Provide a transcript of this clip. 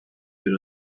yer